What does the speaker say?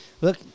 look